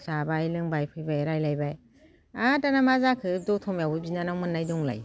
जाबाय लोंबाय फैबाय रायलायबाय आरो दाना मा जाखो दतमायावबो बिनानाव मोननाय दंलाय